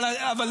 לא.